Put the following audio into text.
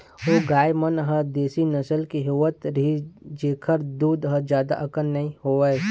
ओ गाय मन ह देसी नसल के होवत रिहिस जेखर दूद ह जादा अकन नइ होवय